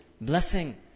blessing